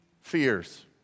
fears